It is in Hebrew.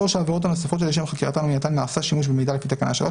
(3)העבירות הנוספות שלשם חקירתן או מניעתן נעשה שימוש במידע לפי תקנה 3,